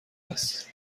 است